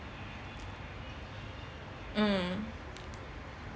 mm